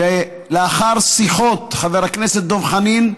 ולאחר שיחות, חבר הכנסת דב חנין,